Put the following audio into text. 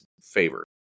favor